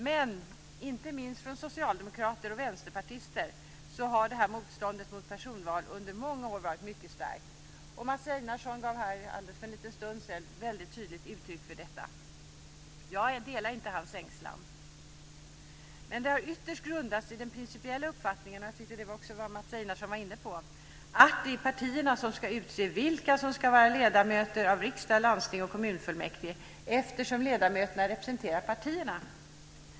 Men inte minst från socialdemokrater och vänsterpartister har motståndet mot personval under många år varit mycket starkt. Mats Einarsson gav för en liten stund sedan väldigt tydligt uttryck för detta. Jag delar inte hans ängslan. Den har ytterst grundats på den principiella uppfattningen, och det tyckte jag också att Mats Einarsson var inne på, att det är partierna som ska utse vilka som ska vara ledamöter av riksdag, landsting och kommunfullmäktige eftersom ledamöterna representerar partierna.